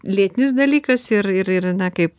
lėtinis dalykas ir ir ir na kaip